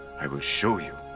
i will show you.